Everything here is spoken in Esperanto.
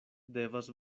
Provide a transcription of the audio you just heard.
devas